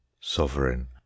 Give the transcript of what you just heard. sovereign